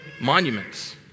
monuments